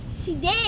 Today